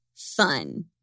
fun